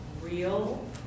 real